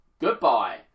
goodbye